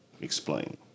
Explain